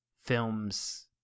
Films